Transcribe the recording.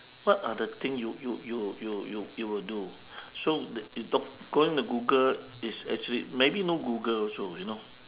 what are the thing you'll you'll you'll you'll you will do so the going to google is actually maybe no google also you know